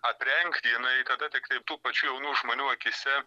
aprengti jinai tada tiktai tų pačių jaunų žmonių akyse